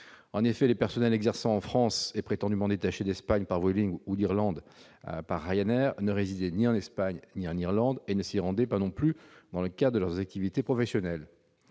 En effet, les personnels exerçant en France et prétendument détachés d'Espagne par Vueling et d'Irlande par Ryanair ne résidaient ni en Espagne ni en Irlande, et ne s'y rendaient pas non plus dans le cadre de leurs activités professionnelles.